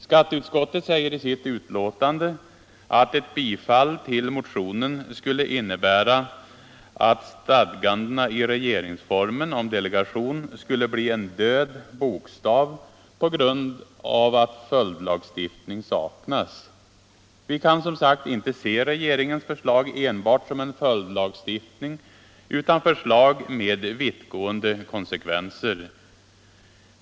Skatteutskottet säger i sitt betänkande att ett bifall till motionen skulle innebära att stadgandena i regeringsformen om delegation skulle bli en död bokstav på grund av att följdlagstiftning saknas. Vi kan, som sagt, inte se regeringens förslag enbart som en följdlagstiftning utan som ett förslag med vittgående konsekvenser.